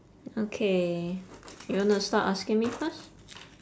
okay you wanna start asking me first